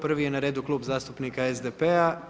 Prvi je na redu Klub zastupnika SDP-a.